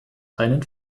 einen